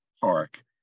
park